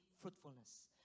fruitfulness